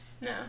No